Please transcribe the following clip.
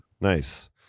Nice